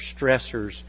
stressors